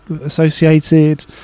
associated